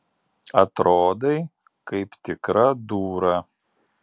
atrodai kaip tikra dūra